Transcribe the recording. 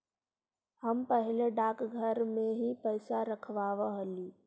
हम पहले डाकघर में ही पैसा रखवाव हली